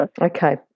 Okay